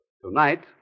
Tonight